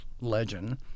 legend